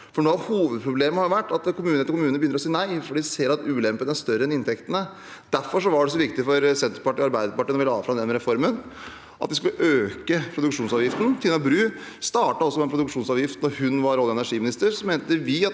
hovedproblemet har vært at kommune etter kommune begynner å si nei fordi de ser at ulempene er større enn inntektene. Derfor var det så viktig for Senterpartiet og Arbeiderpartiet da vi la fram den reformen, at vi skulle øke produksjonsavgiften. Tina Bru startet også med en produksjonsavgift da hun var olje- og energimi